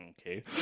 okay